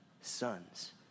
sons